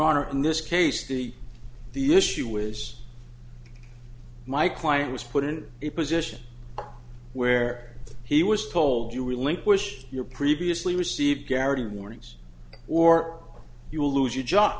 honor in this case the the issue was my client was put in a position where he was told you relinquish your previously received guarantee warnings or you will lose your job